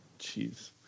jeez